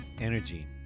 energy